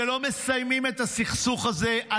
שלא מסיימים את הסכסוך הזה,